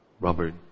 Robert